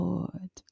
Lord